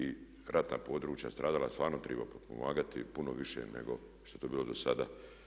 I ratna područja stradala stvarno treba potpomagati puno više nego što je to bilo dosada.